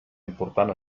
important